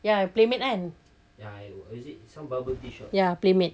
ya playmate kan ya playmate